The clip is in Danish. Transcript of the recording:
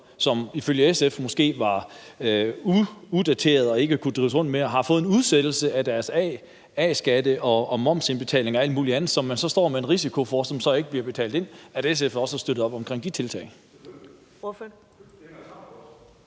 som ifølge SF måske var outdated og ikke kunne drives mere, har fået udsættelse med deres A-skattebetaling og momsindbetaling og alt muligt andet, som man så står med risiko for ikke bliver betalt – altså at SF også har støttet op omkring de tiltag.